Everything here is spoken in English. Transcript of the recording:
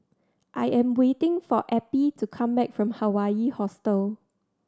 I am waiting for Eppie to come back from Hawaii Hostel